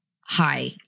hi